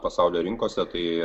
pasaulio rinkose tai